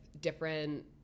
different